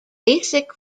basic